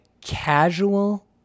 casual